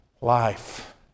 life